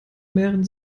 mehren